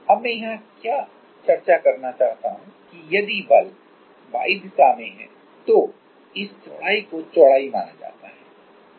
अब मैं यहाँ क्या चर्चा करना चाहता हूँ कि यदि बल Y दिशा में है यदि बल Y दिशा में है तो इस चौड़ाई को चौड़ाई माना जाता है